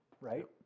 right